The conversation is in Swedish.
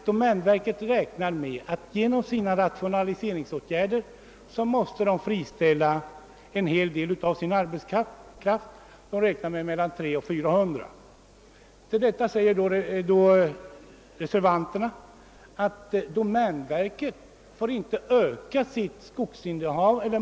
Domänverket räknar med att på grund av rationaliseringsåtgärder behöva friställa mellan 300 och 400 man. Utskottet säger att domänverket inte bör få öka sitt markinnehav.